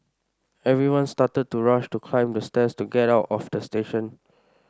everyone started to rush to climb the stairs to get out of the station